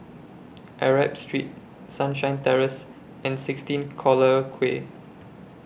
Arab Street Sunshine Terrace and sixteen Collyer Quay